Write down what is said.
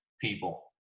people